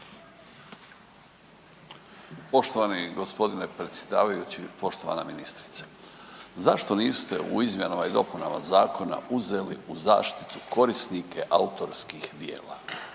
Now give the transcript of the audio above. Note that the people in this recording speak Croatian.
Poštovani g. predsjedavajući i poštovana ministrice. Zašto niste u izmjenama i dopunama zakona uzeli u zaštitu korisnike autorskih djela?